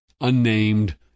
unnamed